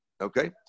Okay